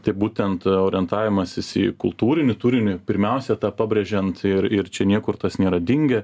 tai būtent orientavimasis į kultūrinį turinį pirmiausia tą pabrėžiant ir ir čia niekur tas nėra dingę